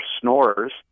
snorers